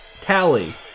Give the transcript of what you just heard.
Tally